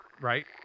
right